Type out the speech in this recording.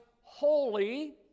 holy